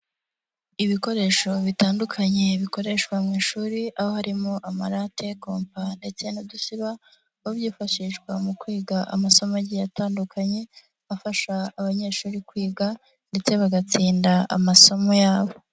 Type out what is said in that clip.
Ibikoresho bitandukanye bikoreshwa mu ishuri, aho harimo amarate, kompa ndetse n'udusiba, aho byifashishwa mu kwiga amasomo agiye atandukanye, afasha abanyeshuri kwiga ndetse bagatsinda amasomo yabo.